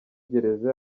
gereza